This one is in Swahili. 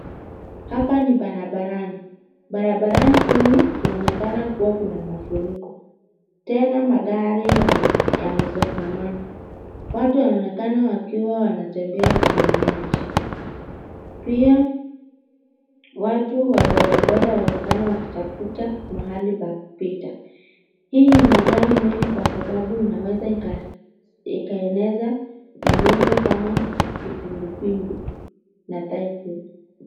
Hapa ni barabarani .Barabarani humu kunaonekana kuwa kuna mafuriko .Tena magari yamesongamana .Watu wanaonekana wakiwa wanatembea juu ya maji. Pia watu wa bodaboda wanaonekana wakitafuta mahali pa kupita. Hii ni madhara mengi kwa sababu inaweza ikaeneza magonjwa kama kipindupindu na cs[typhoid]cs.